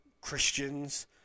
Christians